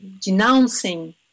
denouncing